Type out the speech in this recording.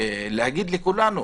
להגיד לכולנו